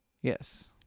Yes